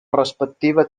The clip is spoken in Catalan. respectives